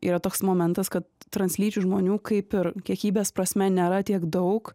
yra toks momentas kad translyčių žmonių kaip ir kiekybės prasme nėra tiek daug